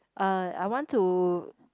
uh I want to